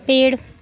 पेड़